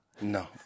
No